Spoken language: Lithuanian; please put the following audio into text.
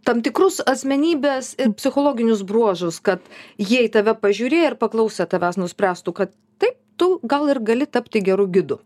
tam tikrus asmenybės ir psichologinius bruožus kad jie į tave pažiūrėję ir paklausę tavęs nuspręstų kad taip tu gal ir gali tapti geru gidu